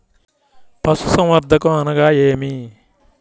పశుసంవర్ధకం అనగా ఏమి?